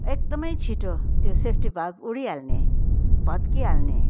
एकदमै छिटो त्यो सेफ्टी भाल्भ उडिहाल्ने भत्किहाल्ने